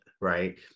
right